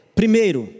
primeiro